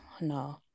no